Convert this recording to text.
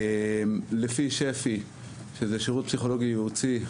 לפי שפ"י שזה שירות פסיכולוגי ייעוצי,